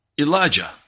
Elijah